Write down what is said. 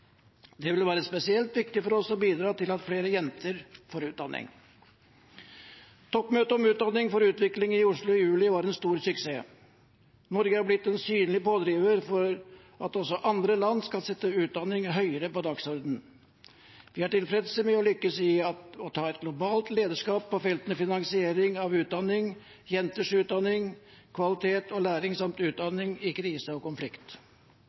Det vil være spesielt viktig for oss å bidra til at flere jenter får utdanning. Toppmøtet om utdanning for utvikling i Oslo i juli var en stor suksess. Norge er blitt en synlig pådriver for at også andre land skal sette utdanning høyere på dagsordenen. Vi er tilfreds med å lykkes i å ta et globalt lederskap på feltene finansiering av utdanning, jenters utdanning, kvalitet og læring samt utdanning i krise og konflikt.